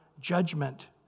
judgment